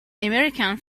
american